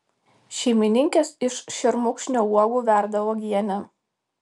šeimininkės iš šermukšnio uogų verda uogienę